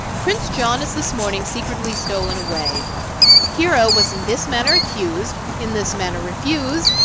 prince john is this morning secretly stolen away hero was in this manner accused, in this manner refused,